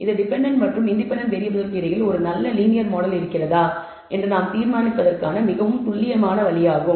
இது டெபென்டென்ட் மற்றும் இன்டெபென்டென்ட் வேறியபிள்களுக்கு இடையில் ஒரு நல்ல லீனியர் மாடல் இருக்கிறதா என்று நான் தீர்மானிப்பதற்கான மிகவும் துல்லியமான வழியாகும்